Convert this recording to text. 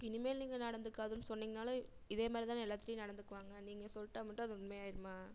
இனிமேல் நீங்கள் நடந்துக்காதுன்னு சொன்னீங்கன்னாலும் இதே மாதிரி தானே எல்லார்த்திட்டியும் நடந்துக்குவாங்க நீங்கள் சொல்லிட்டா மட்டும் அது உண்மை ஆயிடுமா